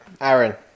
Aaron